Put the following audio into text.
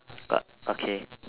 uh okay